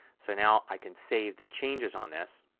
so now i can save the changes on this.